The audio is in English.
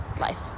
life